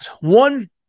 One